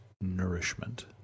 nourishment